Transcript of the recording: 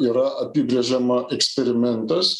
yra apibrėžiama eksperimentas